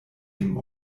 dem